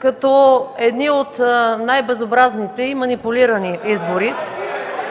като едни от най-безобразните и манипулирани избори.